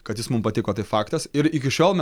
kad jis mum patiko tai faktas ir iki šiol mes